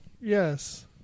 yes